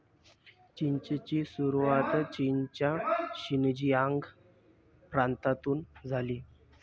पीचची सुरुवात चीनच्या शिनजियांग प्रांतातून झाली